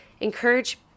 encourage